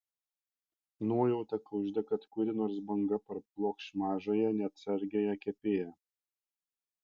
nuojauta kužda kad kuri nors banga parblokš mažąją neatsargiąją kepėją